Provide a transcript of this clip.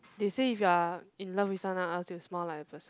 they say if you are in love with someone else you smile like the person